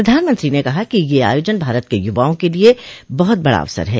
प्रधानमंत्री ने कहा कि यह आयोजन भारत के युवाओं के लिये बहुत बड़ा अवसर है